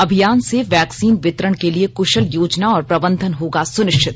अभियान से वैक्सीन वितरण के लिए क्शल योजना और प्रबंधन होगा सुनिश्चित